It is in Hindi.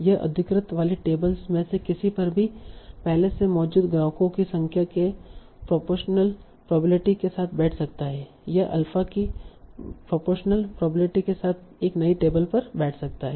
यह अधिकृत वाली टेबल्स में से किसी पर भी पहले से मौजूद ग्राहकों की संख्या के प्रोपोरशनल प्रोबेबिलिटी के साथ बैठ सकता है या अल्फा की प्रोपोरशनल प्रोबेबिलिटी के साथ एक नई टेबल पर बैठ सकता है